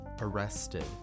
arrested